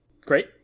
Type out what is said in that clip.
Great